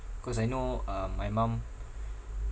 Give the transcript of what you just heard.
cause I know uh my mum